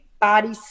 body